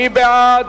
מי בעד?